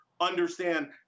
understand